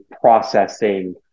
processing